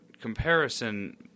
comparison